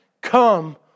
Come